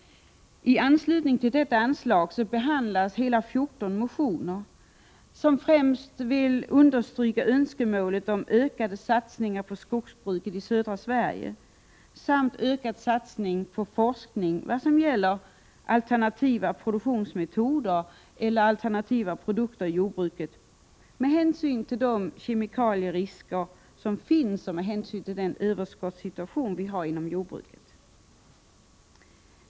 I anslutning till detta anslag behandlas hela 14 motioner, som främst understryker önskemålet om ökade satsningar på skogsbruket i södra Sverige samt ökad satsning på forskningen om alternativa produktionsmetoder eller alternativa produkter i jordbruket med hänsyn till kemikalieriskerna och med hänsyn till den överskottssituation som vi har inom jordbruket.